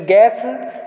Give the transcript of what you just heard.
gas